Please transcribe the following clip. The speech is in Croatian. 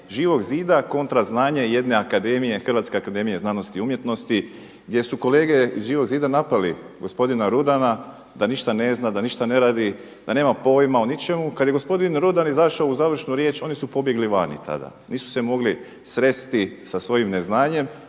Živog zida kontra znanje jedne akademije HAZU, gdje su kolege iz Živog zida napali gospodina Rudana da ništa ne zna, da ništa ne radi, da nema pojma o ničemu. Kada je gospodin Rudan izašao u završnu riječ oni su pobjegli vani tada, nisu se mogli sresti sa svojim neznanjem.